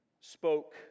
spoke